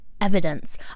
evidence